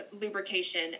lubrication